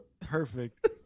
Perfect